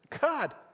God